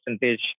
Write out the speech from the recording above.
percentage